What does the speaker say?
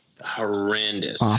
horrendous